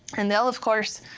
and they'll, of course,